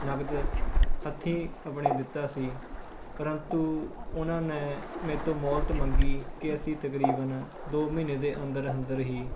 ਨਗਦ ਹੱਥੀਂ ਆਪਣੇ ਦਿੱਤਾ ਸੀ ਪਰੰਤੂ ਉਹਨਾਂ ਨੇ ਮੇਰੇ ਤੋਂ ਮੋਹਲਤ ਮੰਗੀ ਕਿ ਅਸੀਂ ਤਕਰੀਬਨ ਦੋ ਮਹੀਨੇ ਦੇ ਅੰਦਰ ਅੰਦਰ ਹੀ